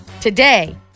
today